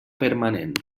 permanent